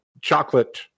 chocolate